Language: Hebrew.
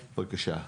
בבקשה.